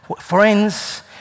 friends